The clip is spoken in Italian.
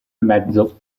mezzo